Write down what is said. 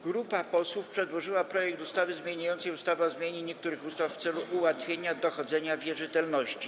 Grupa posłów przedłożyła projekt ustawy zmieniającej ustawę o zmianie niektórych ustaw w celu ułatwienia dochodzenia wierzytelności.